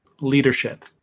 leadership